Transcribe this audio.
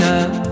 up